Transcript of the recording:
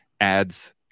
adds